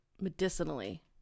medicinally